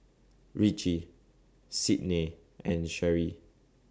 Ritchie Sydnee and Cherrie